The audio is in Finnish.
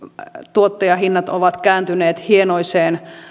tuottajahinnat ovat kääntyneet hienoiseen